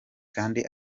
kandi